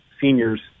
seniors